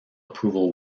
approval